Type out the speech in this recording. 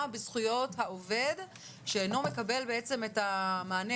בזכויות העובד שאינו מקבל את המענה,